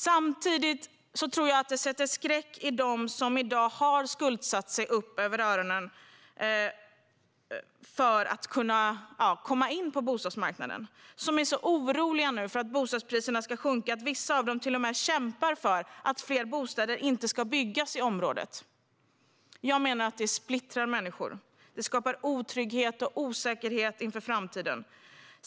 Samtidigt tror jag att detta sätter skräck i dem som i dag har skuldsatt sig upp över öronen för att komma in på bostadsmarknaden. De är så oroliga för att bostadspriserna ska sjunka att vissa av dem kämpar för att fler bostäder inte ska byggas i området. Jag menar att det här splittrar människor och skapar otrygghet och osäkerhet inför framtiden.